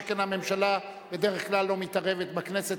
שכן הממשלה בדרך כלל לא מתערבת בכנסת